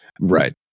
Right